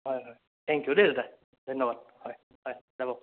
হয় হয় thank you দেই দাদা ধন্যবাদ হয় হয় যাব